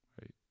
Right